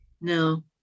No